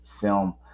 film